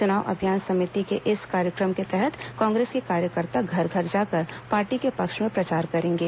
चुनाव अभियान समिति के इस कार्यक्रम के तहत कांगेस के कार्यकर्ता घर घर जाकर पार्टी के पक्ष में प्रचार करेंगे